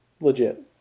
legit